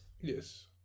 Yes